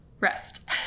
rest